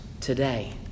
today